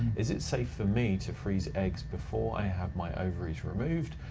is it safe for me to freeze eggs before i have my ovaries removed,